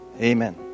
Amen